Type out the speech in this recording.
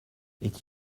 est